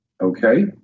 Okay